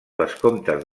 vescomtes